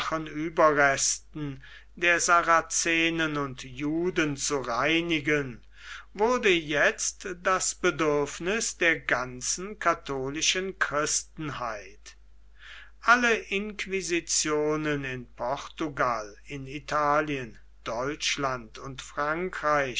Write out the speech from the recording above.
ueberresten der saracenen und juden zu reinigen wurde jetzt das bedürfniß der ganzen katholischen christenheit alle inquisitionen in portugal in italien deutschland und frankreich